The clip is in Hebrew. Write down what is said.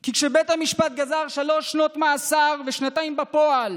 כי כשבית המשפט גזר שלוש שנות מאסר ושנתיים בפועל